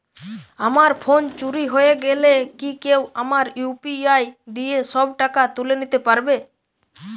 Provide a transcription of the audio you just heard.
আমার ফোন চুরি হয়ে গেলে কি কেউ আমার ইউ.পি.আই দিয়ে সব টাকা তুলে নিতে পারবে?